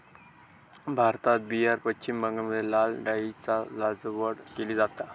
भारतात बिहार, पश्चिम बंगालमध्ये लाल डाळीची लागवड केली जाता